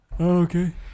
Okay